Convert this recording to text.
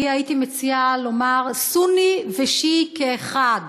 אני הייתי מציעה לומר סוני ושיעי כאחד,